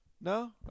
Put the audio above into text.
No